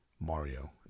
Mario